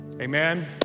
Amen